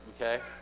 okay